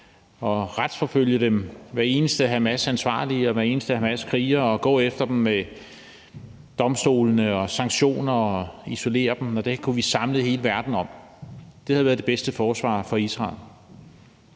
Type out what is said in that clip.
at retsforfølge hver eneste af Hamas' ansvarlige og hver eneste Hamaskriger og at gå efter dem med domstolene og sanktioner og isolere dem, og det kunne vi have samlet hele verden om. Det havde været det bedste forsvar for Israel.